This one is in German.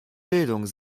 bildung